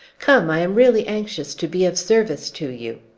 come, i am really anxious to be of service to you.